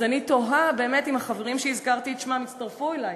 אז אני תוהה אם החברים שהזכרתי את שמם יצטרפו אלי,